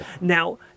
Now